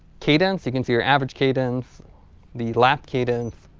cadence. you can see your average cadence the lap cadence.